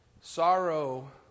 sorrow